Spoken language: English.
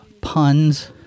puns